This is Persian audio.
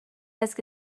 است